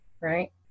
right